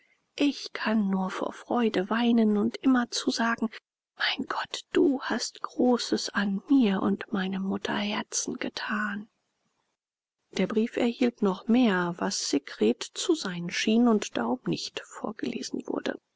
ich kann nur vor freude weinen und immerzu sagen mein gott du hast großes an mir und meinem mutterherzen getan der brief erhielt noch mehr was sekret zu sein schien und darum nicht vorgelesen wurde